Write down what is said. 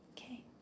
Okay